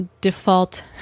default